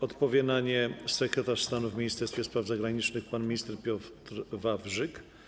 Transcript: Odpowie na nie sekretarz stanu w Ministerstwie Spraw Zagranicznych pan minister Piotr Wawrzyk.